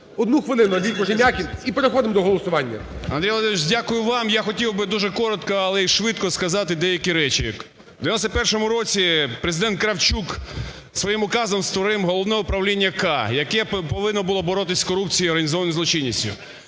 1 хвилину, Андрій Кожем'якін і переходимо до голосування. 13:02:18 КОЖЕМ’ЯКІН А.А. Андрію Володимировичу, дякую вам. Я хотів би дуже коротко, але і швидко сказати деякі речі. У 91-му році Президент Кравчук своїм указом створив Головне управління "К", яке повинно було боротися з корупцією і організованою злочинністю.